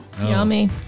Yummy